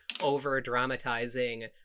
over-dramatizing-